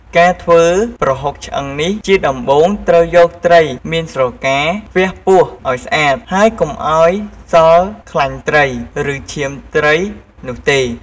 ការធ្វើប្រហុកឆ្អឹងនេះ ជាដំបូងត្រូវយកត្រីមានស្រកា វះពោះឱ្យស្អាត ហើយកុំឱ្យសល់ខ្លាញ់ត្រី ឬឈាមត្រីនោះទេ។